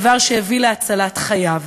דבר שהביא להצלת חייו,